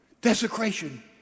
desecration